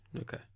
Okay